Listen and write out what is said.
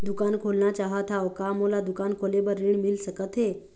दुकान खोलना चाहत हाव, का मोला दुकान खोले बर ऋण मिल सकत हे?